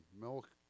Milk